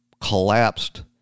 collapsed